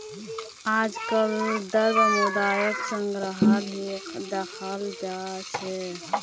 आजकल द्रव्य मुद्राक संग्रहालत ही दखाल जा छे